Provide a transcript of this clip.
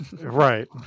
right